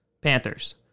Panthers